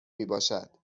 میباشد